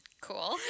cool